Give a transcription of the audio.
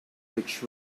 which